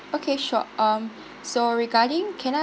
okay sure um so regarding can I